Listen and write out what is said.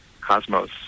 cosmos